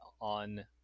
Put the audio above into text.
on